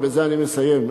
ובזה אני מסיים,